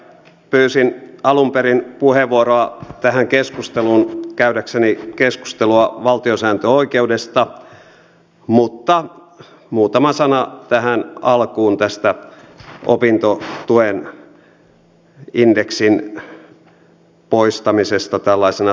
pyysin alun perin puheenvuoroa tähän keskusteluun käydäkseni keskustelua valtiosääntöoikeudesta mutta muutama sana tähän alkuun tästä opintotuen indeksin poistamisesta tällaisena substanssikysymyksenä